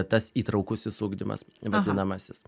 tas įtraukusis ugdymas vadinamasis